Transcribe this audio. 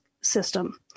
system